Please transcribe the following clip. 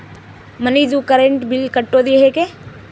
ಮನಿದು current bill ಕಟ್ಟೊದು ಹೇಗೆ?